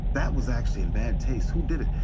that was actually in bad taste who did it?